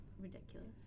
ridiculous